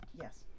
Yes